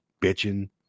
bitching